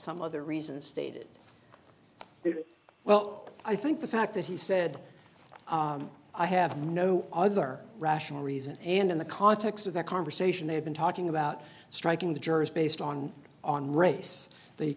some other reason stated well i think the fact that he said i have no other rational reason and in the context of the conversation they've been talking about striking the jurors based on on race the